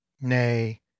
nay